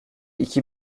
iki